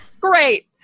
Great